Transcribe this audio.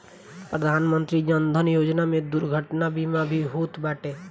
प्रधानमंत्री जन धन योजना में दुर्घटना बीमा भी होत बाटे